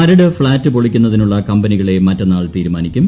Maradu flat പൊളിക്കുന്നതിനുള്ള കമ്പനികളെ മറ്റന്നാൾ തീരുമാനിക്കും